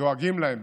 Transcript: דואגים להם.